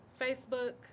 Facebook